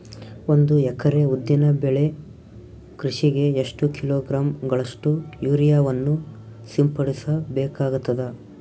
ಒಂದು ಎಕರೆ ಉದ್ದಿನ ಬೆಳೆ ಕೃಷಿಗೆ ಎಷ್ಟು ಕಿಲೋಗ್ರಾಂ ಗಳಷ್ಟು ಯೂರಿಯಾವನ್ನು ಸಿಂಪಡಸ ಬೇಕಾಗತದಾ?